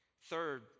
Third